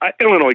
Illinois